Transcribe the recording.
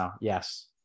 Yes